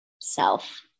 self